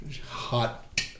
Hot